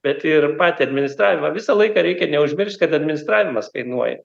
bet ir patį administravimą visą laiką reikia neužmiršt kad administravimas kainuoja